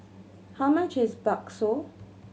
how much is bakso